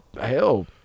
hell